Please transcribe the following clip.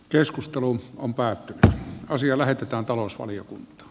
keskusteluun on päätettävä asia lähetetään talousvaliokuntaan